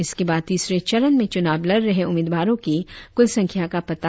इसके बाद तीसरे चरण में चूनाव लड़ रहे उम्मीदवारो की कुल संख्या का पता चल पाएगा